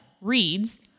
reads